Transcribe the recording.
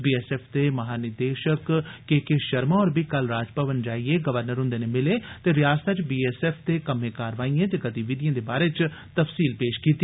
BSF दे महानिदेशक K K Sharma होर बी कल राजभवन जाईयें गवर्नर हुन्दे नै मिले ते रियासतै च बीएसएफ दे कम्मे कारवाईयें ते गतिविधिएं दे बारै च तफसील पेश कीती